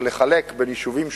לחלק בין יישובים שונים,